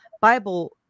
Bible